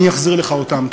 אני אזרים לך אותם.